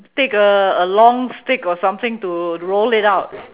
take a a long stick or something to roll it out